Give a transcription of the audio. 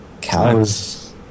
cows